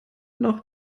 noch